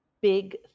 big